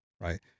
right